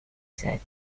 said